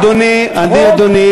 אדוני,